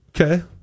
Okay